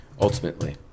ultimately